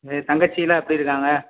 சரி தங்கச்சில்லாம் எப்படி இருக்காங்க